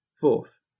Fourth